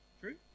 True